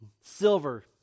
silver